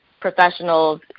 professionals